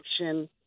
action